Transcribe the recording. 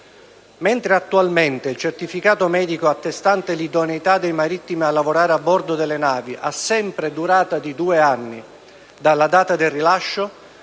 Mentre attualmente il certificato medico attestante l'idoneità dei marittimi a lavorare a bordo delle navi ha sempre durata di due anni dalla data del rilascio,